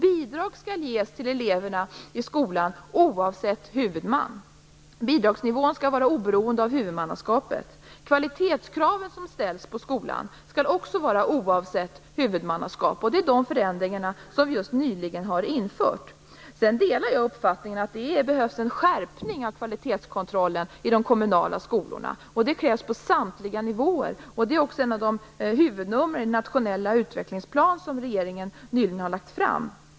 Bidrag skall ges till eleverna i skolan oavsett huvudman. Bidragsnivån skall vara oberoende av huvudmannaskapet. Det kvalitetskrav som ställs på skolan skall också gälla oavsett huvudmannaskap. De är de förändringarna vi nyligen har infört. Sedan delar jag uppfattningen att det behövs en skärpning av kvalitetskontrollen i de kommunala skolorna. Det krävs på samtliga nivåer. Det är också ett av huvudnumren i den nationella utvecklingsplan som regeringen nyligen har lagt fram.